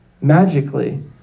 magically